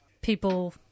people